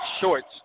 shorts